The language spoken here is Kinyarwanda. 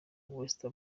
west